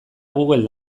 google